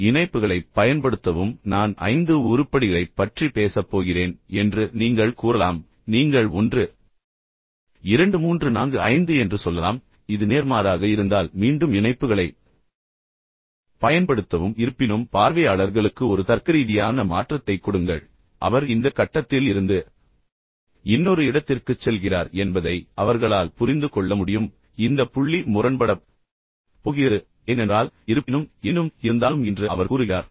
எனவே இணைப்புகளைப் பயன்படுத்தவும் எனவே நான் ஐந்து உருப்படிகளைப் பற்றி பேசப் போகிறேன் என்று நீங்கள் கூறலாம் பின்னர் நீங்கள் ஒன்று இரண்டு மூன்று நான்கு ஐந்து என்று சொல்லலாம் எனவே இது நேர்மாறாக இருந்தால் மீண்டும் இணைப்புகளைப் பயன்படுத்தவும் இருப்பினும் எனவே பார்வையாளர்களுக்கு ஒரு தர்க்கரீதியான மாற்றத்தைக் கொடுங்கள் பின்னர் அவர் இந்த கட்டத்தில் இருந்து இன்னொரு இடத்திற்குச் செல்கிறார் என்பதை அவர்களால் புரிந்து கொள்ள முடியும் ஆனால் இந்த புள்ளி முரண்படப் போகிறது ஏனென்றால் இருப்பினும் எனினும் இருந்தாலும் என்று அவர் கூறுகிறார்